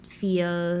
feel